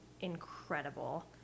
incredible